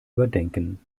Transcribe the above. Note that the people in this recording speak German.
überdenken